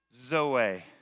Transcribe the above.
Zoe